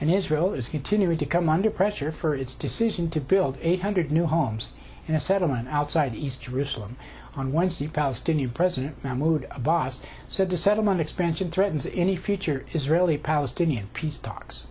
and israel is continuing to come under pressure for its decision to build eight hundred new homes in a settlement outside east jerusalem on wednesday palestinian president mahmoud abbas said the settlement expansion threatens any future israeli palestinian peace talks